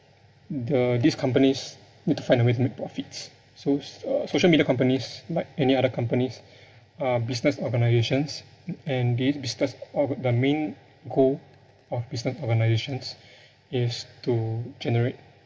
the these companies need to find a way to make profits so s~ uh social media companies like any other companies are business organizations and these business org~ the main goal of business organizations is to generate